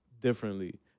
differently